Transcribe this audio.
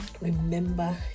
remember